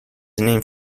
named